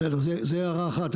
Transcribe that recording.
בסדר, זו הערה אחת.